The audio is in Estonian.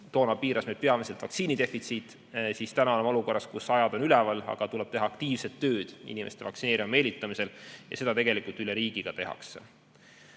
Toona piiras meid peamiselt vaktsiini defitsiit. Täna oleme olukorras, kus ajad on üleval, aga tuleb teha aktiivset tööd inimeste vaktsineerima meelitamisel ja seda tegelikult üle riigi ka tehakse.